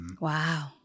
Wow